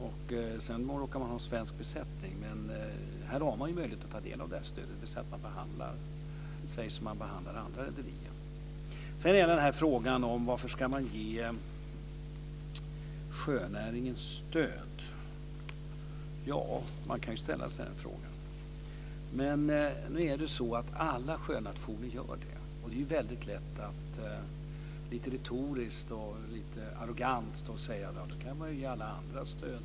Dessutom råkar man ha svensk besättning. Men man har möjlighet att ta del av stödet om man behandlar sig som andra rederier behandlas. Sedan har vi frågan varför man ska ge sjönäringen stöd. Ja, man kan ställa sig den frågan. Men nu är det så att alla sjönationer gör det. Det är väldigt lätt att lite retoriskt och lite arrogant säga att man också kan ge alla andra stöd.